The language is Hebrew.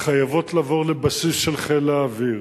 חייבות לעבור לבסיס של חיל האוויר.